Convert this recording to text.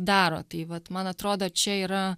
daro tai vat man atrodo čia yra